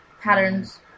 patterns